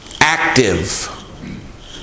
Active